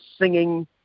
singing